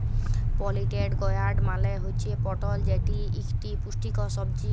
পলিটেড gourd মালে হুচ্যে পটল যেটি ইকটি পুষ্টিকর সবজি